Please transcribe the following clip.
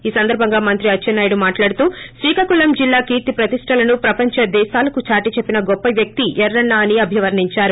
ఈ సందర్భంగా మంత్రి అచ్చెన్నా యుడు మాట్లాడుతూ శ్రీకాకుళం జిల్లా కీర్తి ప్రతిష్ణలను ప్రపంచ దేశాలకు చాటి చెప్పిన గొప్ప వ్యక్తి ఎర్రన్స అని అభివర్ణించారు